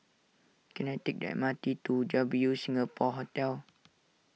can I take the M R T to W Singapore Hotel